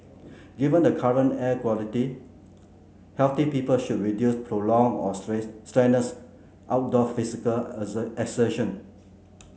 given the current air quality healthy people should reduce prolonged or strenuous outdoor physical exertion